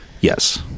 Yes